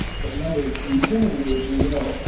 but number infinity would be, you know